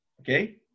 Okay